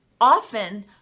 often